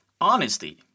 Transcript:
honesty